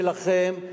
שלכם,